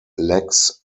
lacks